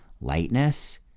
lightness